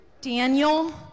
Daniel